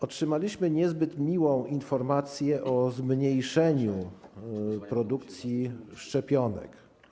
Otrzymaliśmy niezbyt miłą informację o zmniejszeniu produkcji szczepionek.